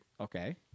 Okay